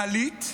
מינהלית,